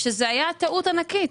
שזו הייתה טעות ענקית.